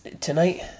Tonight